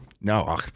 No